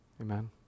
Amen